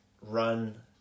run